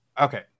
Okay